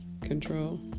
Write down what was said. control